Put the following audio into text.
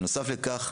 בנוסף לכך,